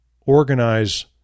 organize